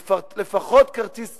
לפחות כרטיס צהוב,